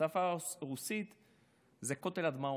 בשפה הרוסית זה "כותל הדמעות".